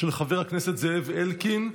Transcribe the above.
של חבר הכנסת זאב אלקין.